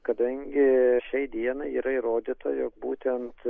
kadangi šiai dienai yra įrodyta jog būtent